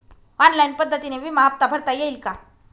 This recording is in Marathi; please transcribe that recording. ऑनलाईन पद्धतीने विमा हफ्ता भरता येईल का?